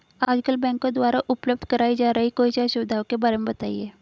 आजकल बैंकों द्वारा उपलब्ध कराई जा रही कोई चार सुविधाओं के बारे में बताइए?